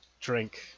drink